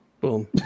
Boom